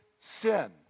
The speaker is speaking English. sin